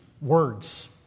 words